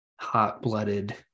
hot-blooded